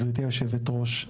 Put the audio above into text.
גברתי היושבת ראש,